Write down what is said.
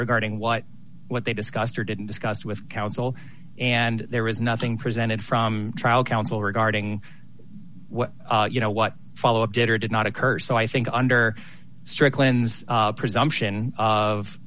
regarding what what they discussed or didn't discuss with counsel and there is nothing presented from trial counsel regarding what you know what follow up did or did not occur so i think under strickland's presumption of